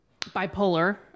bipolar